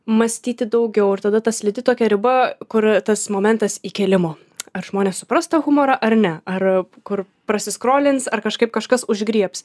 mąstyti daugiau ir tada ta slidi tokia riba kur tas momentas įkėlimo ar žmonės supras tą humorą ar ne ar kur prasiskrolins ar kažkaip kažkas užgriebs